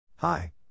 Hi